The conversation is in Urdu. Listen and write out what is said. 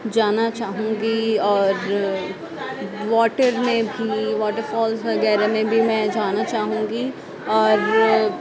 جانا چاہوں گی اور واٹر میں بھی واٹر فالز وغیرہ میں بھی میں جانا چاہوں گی اور